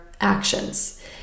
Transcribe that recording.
actions